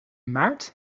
maart